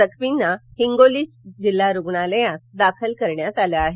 जखमींना हिंगोली जिल्हा रूग्णालयात दाखल करण्यात आलं आहे